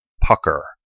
pucker